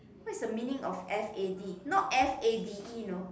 what's the meaning of f a d not f a d e know